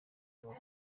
ubwoba